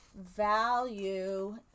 value